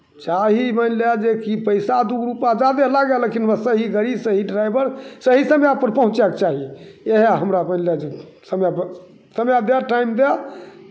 चाही मानि लए जे की पैसा दू गो रुपैआ जादे हमरा लियए अलग छै मगर सही गाड़ी सही ड्राइवर सही समएपर पहुँचैक चाही इएह हमरा बोलि दए तू समएपर समए दए टाइम दए